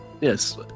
Yes